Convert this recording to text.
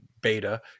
beta